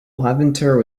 levanter